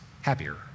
happier